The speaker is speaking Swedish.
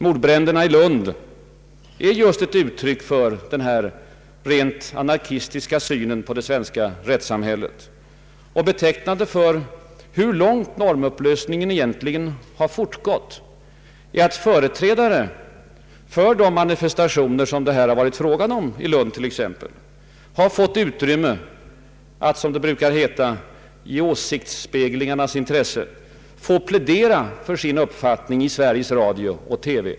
Mordbränderna i Lund är just ett uttryck för denna rent anarkistiska syn på det svenska rättssamhället. Och betecknande för hur långt normupplösningen egentligen har fortgått är att företrädare för de manifestationer som det här har varit fråga om — t.ex. i Lund — har fått utrymme att, som det brukar heta, ”i åsiktsspeglingarnas intresse” plädera för sin uppfattning i Sveriges Radio och TV.